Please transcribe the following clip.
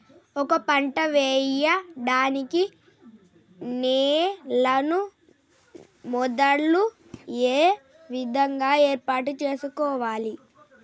ఒక పంట వెయ్యడానికి నేలను మొదలు ఏ విధంగా ఏర్పాటు చేసుకోవాలి?